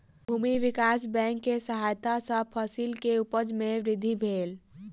भूमि विकास बैंक के सहायता सॅ फसिल के उपज में वृद्धि भेल